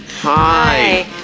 Hi